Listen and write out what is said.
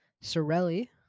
Sorelli